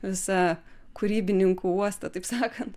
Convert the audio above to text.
visą kūrybininkų uostą taip sakant